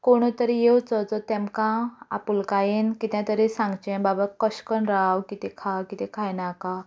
कोणें तरी येवचो जो तेमकां आपुलकायेन कितेंय तरी सांगचें बाबा कशें करून राव कितें खा कितें खांवनाका